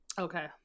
Okay